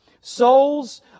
Souls